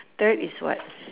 third is what